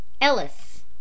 Ellis